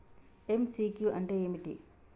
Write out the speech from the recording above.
MCQ అంటే ఏమిటి?